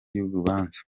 y’urubanza